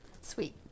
Sweet